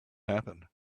happen